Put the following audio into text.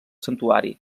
santuari